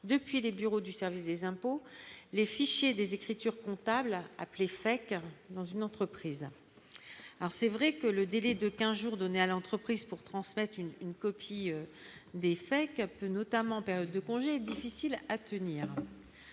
depuis les bureaux du service des impôts les fichiers des écritures comptables appelé fait que dans une entreprise, alors c'est vrai que le délai de 15 jours donné à l'entreprise pour transmettre une une copie des faits que peut notamment période de congés, difficile à tenir,